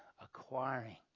acquiring